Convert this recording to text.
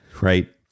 right